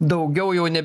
daugiau jau ne